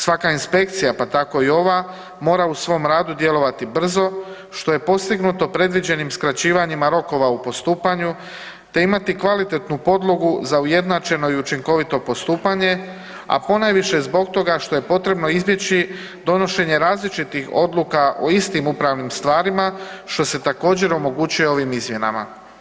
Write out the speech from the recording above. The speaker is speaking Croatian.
Svaka inspekcija pa tako i ova mora u svom radu djelovati brzo što je postignuto predviđenim skraćivanjima rokova u postupanju te imati kvalitetnu podlogu za ujednačeno i učinkovito postupanje, a ponajviše zbog toga što je potrebno izbjeći donošenje različitih odluka o istim upravnim stvarima što se također omogućuje ovim izmjenama.